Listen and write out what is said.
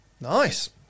Nice